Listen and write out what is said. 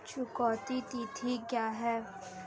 चुकौती तिथि क्या है?